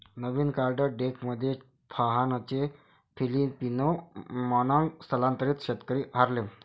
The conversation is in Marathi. नवीन कार्ड डेकमध्ये फाहानचे फिलिपिनो मानॉन्ग स्थलांतरित शेतकरी हार्लेम